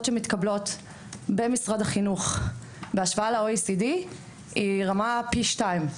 שמתקבלות במשרד החינוך בהשוואה ל-OECD היא רמה פי שתיים.